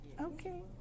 Okay